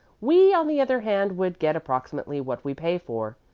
we, on the other hand, would get approximately what we pay for.